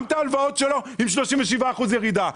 גם את ההלוואות שלו עם 37% ירידה?